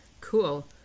Cool